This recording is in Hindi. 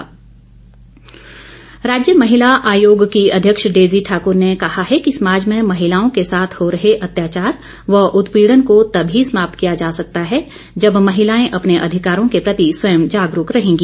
डेजी ठाकुर राज्य महिला आयोग की अध्यक्ष डेजी ठाकर ने कहा है कि समाज में महिलाओं के साथ हो रहे अत्याचार व उत्पीड़न को तभी समाप्त किया जा सकता है जब महिलाएं अपने अधिकारों के प्रति स्वयं जागरूक रहेंगी